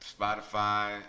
Spotify